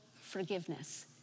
forgiveness